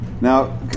Now